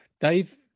Dave